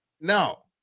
No